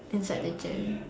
inside the jam